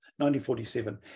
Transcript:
1947